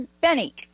Benny